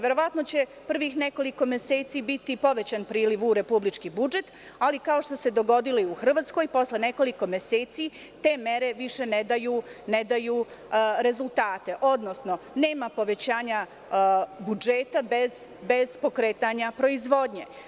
Verovatno će prvih nekoliko meseci biti povećan priliv u republički budžet, ali, kao što se dogodilo i u Hrvatskoj, posle nekoliko meseci te mere više ne daju rezultate, odnosno nema povećanja budžeta bez pokretanja proizvodnje.